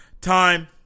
Time